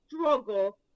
struggle